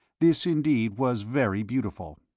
this, indeed, was very beautiful.